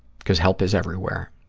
because help is everywhere.